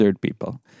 people